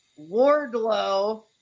Wardlow